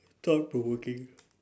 thought provoking